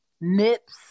Nips